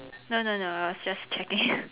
no no no I was just checking